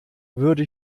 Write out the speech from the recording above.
würde